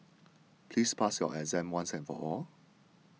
please pass your exam once and for all